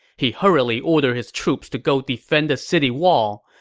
he hurriedly ordered his troops to go defend the city wall.